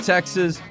Texas